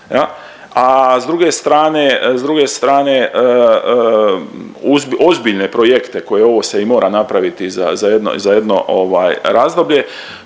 a s druge strane ozbiljne projekte koje ovo se i mora napraviti za jedno razdoblje,